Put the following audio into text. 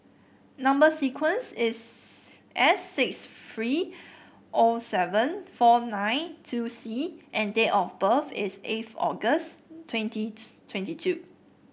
number sequence is S six three O seven four nine two C and date of birth is eighth August twenty twenty two